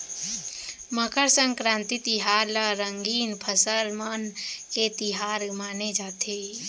मकर संकरांति तिहार ल रंगीन फसल मन के तिहार माने जाथे